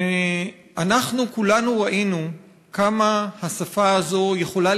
ואנחנו כולנו ראינו כמה השפה הזאת יכולה